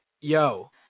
yo